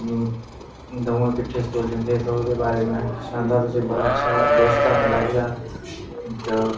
ते ओह्दे बारै सनान्नां में तुसेंगी बड़ा अच्छा दोस्त हा मेरा पढ़ने च घट्ट् ते मता कार्टून मतलब पढ़ने च नेईं मता तेज नेईं मता ढिल्ला मतलब के दरमयाना मेल हा अस किट्ठे पढ़दे होंदे हे